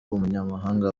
umunyamabanga